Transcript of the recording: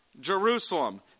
Jerusalem